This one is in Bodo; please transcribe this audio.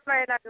नायनांगोन